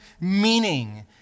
meaning